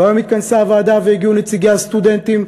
והיום התכנסה הוועדה והגיעו נציגי הסטודנטים,